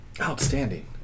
Outstanding